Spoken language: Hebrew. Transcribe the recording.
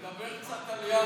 תדבר קצת על יפו,